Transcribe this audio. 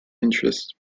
interest